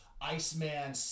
Iceman